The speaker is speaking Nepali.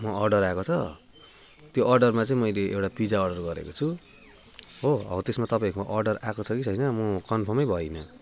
म अडर आएको छ त्यो अडरमा चाहिँ मैले एउटा पिजा अडर गरेको छु हो हौ त्यसमा तपाईँहरूकोमा अडर आएको छ कि छैन म कन्फर्म भइनँ